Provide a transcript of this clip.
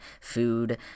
food